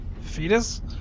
Fetus